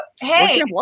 hey